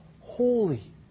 holy